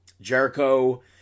Jericho